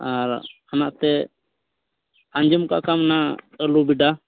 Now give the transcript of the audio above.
ᱟᱨ ᱚᱱᱟ ᱮᱱᱛᱮᱫ ᱟᱸᱡᱚᱢ ᱟᱠᱟᱫ ᱠᱷᱟᱱᱮᱢ ᱚᱱᱟ ᱟᱹᱞᱩᱵᱮᱰᱟ